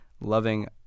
loving